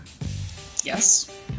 Yes